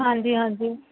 ਹਾਂਜੀ ਹਾਂਜੀ